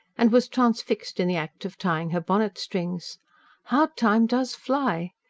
and was transfixed in the act of tying her bonnet-strings. how time does fly!